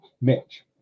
Mitch